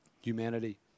humanity